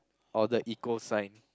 or the equal sign